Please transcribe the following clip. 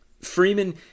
Freeman